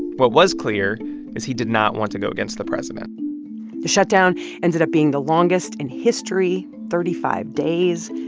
what was clear is he did not want to go against the president the shutdown ended up being the longest in history thirty five days.